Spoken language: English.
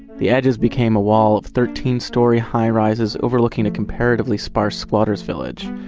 the edges became a wall of thirteen storey high rises overlooking a comparatively sparse squatters village.